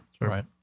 right